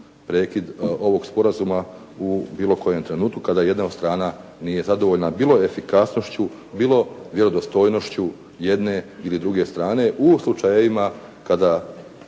prekid ovog sporazuma u bilo kojem trenutku kada jedna od strana nije zadovoljna bilo efikasnošću, bilo vjerodostojnošću jedne ili druge strane u slučajevima kada,